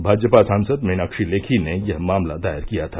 भाजपा सांसद मीनाक्षी लेखी ने यह मामला दायर किया था